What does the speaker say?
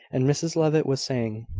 and mrs levitt was saying,